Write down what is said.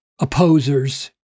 opposers